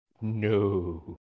No